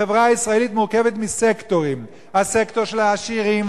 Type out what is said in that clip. החברה הישראלית מורכבת מסקטורים: הסקטור של העשירים,